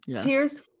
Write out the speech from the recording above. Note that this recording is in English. Tears